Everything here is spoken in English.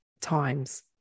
times